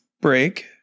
break